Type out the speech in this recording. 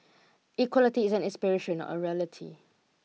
equality is an aspiration not a reality